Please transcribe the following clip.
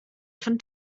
von